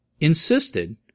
insisted